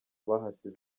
bahasize